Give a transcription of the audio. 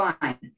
fine